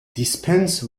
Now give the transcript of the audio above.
dispense